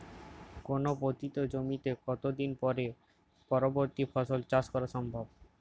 কোনো পতিত জমিতে কত দিন পরে পরবর্তী ফসল চাষ করা সম্ভব?